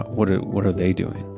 what ah what are they doing?